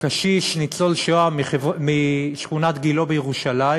קשיש ניצול שואה משכונת גילה בירושלים